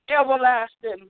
everlasting